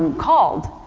and called.